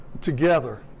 together